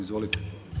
Izvolite.